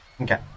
Okay